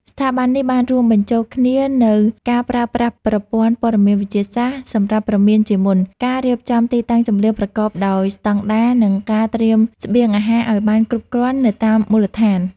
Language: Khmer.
ស្ថាប័ននេះបានរួមបញ្ចូលគ្នានូវការប្រើប្រាស់ប្រព័ន្ធព័ត៌មានវិទ្យាសម្រាប់ព្រមានជាមុន ការរៀបចំទីតាំងជម្លៀសប្រកបដោយស្តង់ដារ និងការត្រៀមស្បៀងអាហារឱ្យបានគ្រប់គ្រាន់នៅតាមមូលដ្ឋាន។